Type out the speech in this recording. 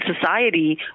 society